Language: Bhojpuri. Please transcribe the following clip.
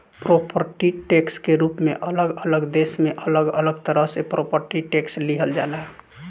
प्रॉपर्टी टैक्स के रूप में अलग अलग देश में अलग अलग तरह से प्रॉपर्टी टैक्स लिहल जाला